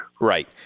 Right